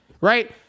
right